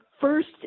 first